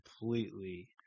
completely